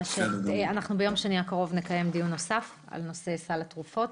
אנחנו נקיים דיון נוסף ביום שני הקרוב על נושא סל התרופות.